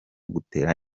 gutera